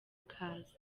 ikaze